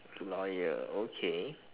lawyer okay